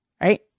right